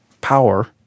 power